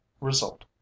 result